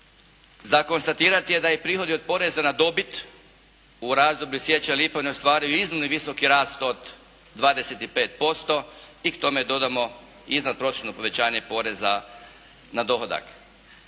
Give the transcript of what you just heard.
Za konstatirati je da prihodi od poreza na dobit u razdoblju siječanj-lipanj ostvaruju iznimno visoki rast od 25% i k tome dodamo iznad prosječno povećanje poreza na dohodak.